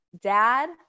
dad